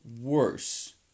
worse